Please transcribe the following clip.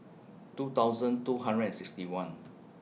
two thousand two hundred and sixty one